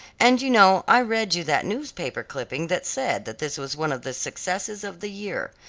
and you know i read you that newspaper clipping that said that this was one of the successes of the year.